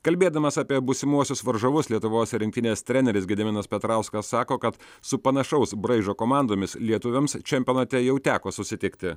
kalbėdamas apie būsimuosius varžovus lietuvos rinktinės treneris gediminas petrauskas sako kad su panašaus braižo komandomis lietuviams čempionate jau teko susitikti